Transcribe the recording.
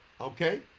okay